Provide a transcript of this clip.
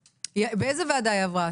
--- איזו ועדה היא עברה,